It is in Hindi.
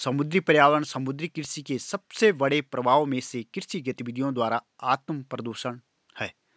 समुद्री पर्यावरण समुद्री कृषि के सबसे बड़े प्रभावों में से कृषि गतिविधियों द्वारा आत्मप्रदूषण है